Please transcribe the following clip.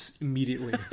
immediately